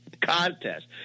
contest